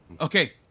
okay